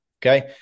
Okay